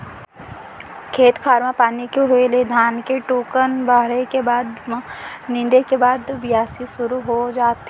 खेत खार म पानी के होय ले धान के थोकन बाढ़े के बाद म नींदे के बाद बियासी सुरू हो जाथे